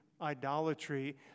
idolatry